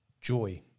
joy